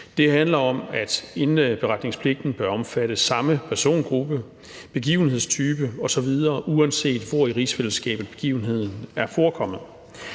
Det handler om, at indberetningspligten bør omfatte samme persongruppe, begivenhedstype osv., uanset hvor i rigsfællesskabet begivenheden er forekommet.